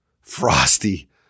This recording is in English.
frosty